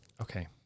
Okay